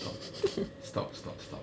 wait stop stop stop